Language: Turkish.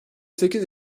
sekiz